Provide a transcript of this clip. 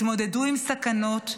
התמודדו עם סכנות,